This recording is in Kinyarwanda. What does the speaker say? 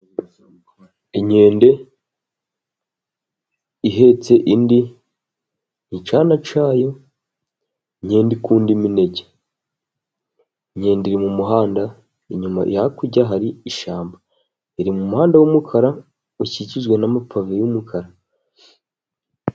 Inkende ihetse indi, icyana cyayo, inkende ikunda imineke, inkende iri mu muhanda inyuma iri hakurya hari ishyamba, iri mu muhanda w'umukara ukikijwe n'amapave y'umukara.